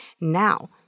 Now